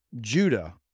Judah